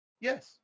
yes